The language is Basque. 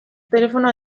telefono